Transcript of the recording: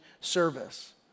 service